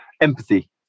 empathy